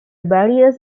barrier